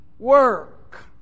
Work